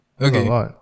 Okay